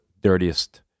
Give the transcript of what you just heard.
dirtiest